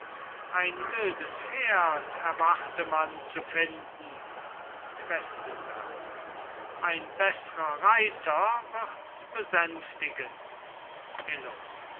ein wildes pferd erwarte man zu finden questenberg ein beßrer reiter wirds besänftigen illo